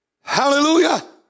Hallelujah